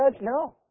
No